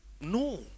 no